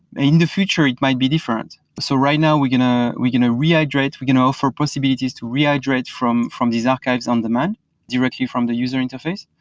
in the future, it might be different. so right now we're you know we're going to rehydrate, we're going to offer possibilities to rehydrate from from these archives on demand directly from the user interface.